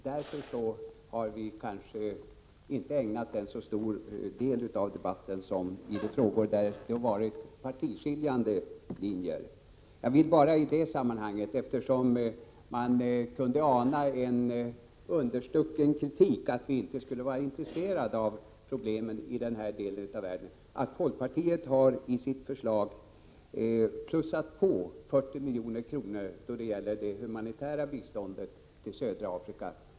Därför har vi kanske inte ägnat den så stor del av debatten som de frågor där det varit partiskiljande linjer. Jag vill bara i det sammanhanget — eftersom man kunde ana en understucken kritik från biståndsministern för att vi inte skulle vara intresserade av problemen i denna del av världen — påpeka att folkpartiet har föreslagit 40 milj.kr. mer än regeringen till det humanitära biståndet i södra Afrika.